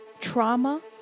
trauma